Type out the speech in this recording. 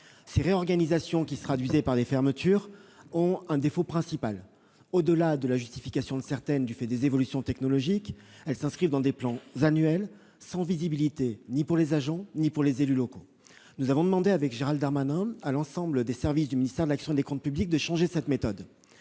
Ces réorganisations, qui se sont traduites par des fermetures, ont un défaut principal : au-delà de la justification de certaines du fait des évolutions technologiques, elles s'inscrivent dans des plans annuels sans visibilité ni pour les agents ni pour les élus locaux. Nous avons demandé, avec Gérald Darmanin, à l'ensemble des services du ministère de l'action et des comptes publics de changer de méthode.